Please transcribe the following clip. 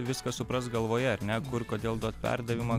viską suprast galvoje ar ne kur kodėl duot perdavimą